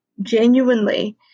genuinely